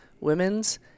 Women's